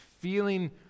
feeling